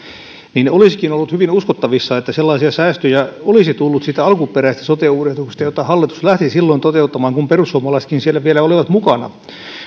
niin olisikin ollut hyvin uskottavissa että sellaisia säästöjä olisi tullut siitä alkuperäisestä sote uudistuksesta jota hallitus lähti silloin toteuttamaan kun perussuomalaisetkin siellä vielä olivat mukana